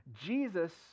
Jesus